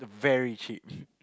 very cheap